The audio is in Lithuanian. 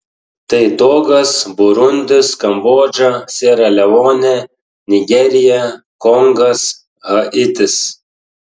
tai togas burundis kambodža siera leonė nigerija kongas haitis